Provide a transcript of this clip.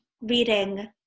reading